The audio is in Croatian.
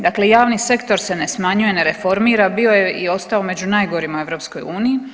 Dakle, javni sektor se ne smanjuje, ne reformira, bio je i ostao među najgorima u EU.